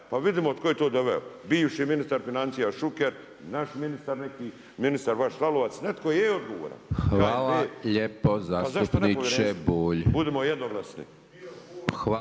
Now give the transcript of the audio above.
Pa vidimo tko je to doveo, bivši ministar financija Šuker, naš ministar neki, ministar vaš Lalovac, netko je odgovoran. …/Govornik se ne razumije./….